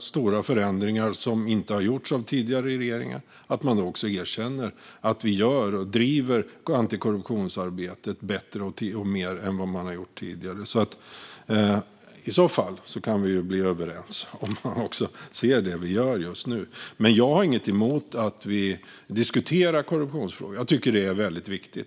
stora och viktiga förändringar som inte har gjorts av tidigare regeringar och att man också erkänner att vi driver antikorruptionsarbetet mer och bättre än vad man gjort tidigare. Om man ser det vi gör just nu kan vi bli överens. Jag har inget emot att vi diskuterar korruptionsfrågor. Jag tycker att det är väldigt viktigt.